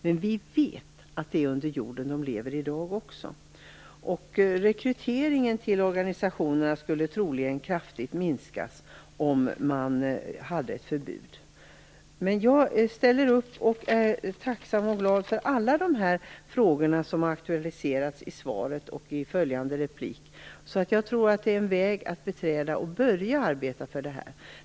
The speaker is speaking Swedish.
Men vi vet att det är under jorden de lever i dag också. Rekryteringen till organisationerna skulle troligen kraftigt minskas om man hade ett förbud. Jag ställer upp, och jag är tacksam och glad för allt det som har aktualiserats i svaret och i följande replik. Jag tror att det är en väg att beträda när det gäller att börja arbeta för det här.